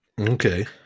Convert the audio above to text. Okay